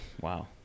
Wow